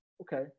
okay